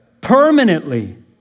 permanently